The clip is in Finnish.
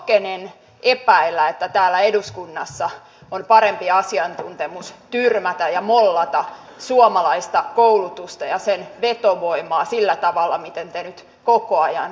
rohkenen epäillä että täällä eduskunnassa on parempi asiantuntemus tyrmätä ja mollata suomalaista koulutusta ja sen vetovoimaa sillä tavalla miten te nyt koko ajan teette